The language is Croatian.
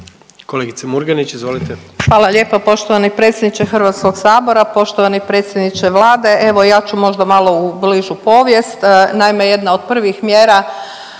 izvolite. **Murganić, Nada (HDZ)** Hvala lijepa poštovani predsjedniče Hrvatskog sabora, poštovani predsjedniče Vlade. Evo ja ću možda malo u bližu povijest. Naime, jedna od prvih mjera